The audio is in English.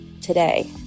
today